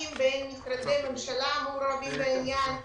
בין משרדי הממשלה המעורבים בעניין,